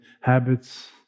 habits